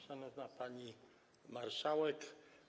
Szanowna Pani Marszałek!